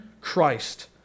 Christ